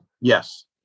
yes